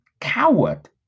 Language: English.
coward